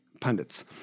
pundits